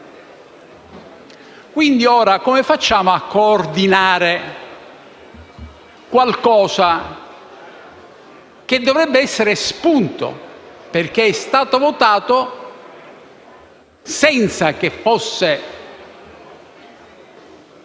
Quindi ora come facciamo a coordinare qualcosa che dovrebbe essere espunto, perché è stato votato senza che fosse